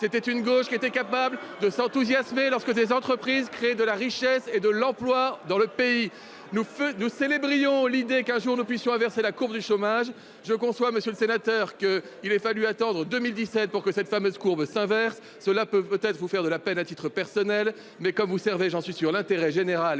Nous non plus !... était capable de s'enthousiasmer, lorsque des entreprises créaient de la richesse et de l'emploi dans le pays. Nous célébrions l'idée qu'un jour nous puissions inverser la courbe du chômage. Il est vrai, monsieur le sénateur, qu'il a fallu attendre 2017 pour que cette fameuse courbe s'inverse. Cela vous peine peut-être à titre personnel, mais, comme vous servez, j'en suis sûr, l'intérêt général,